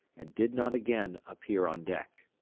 and did not again appear on deck.